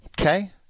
Okay